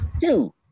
Two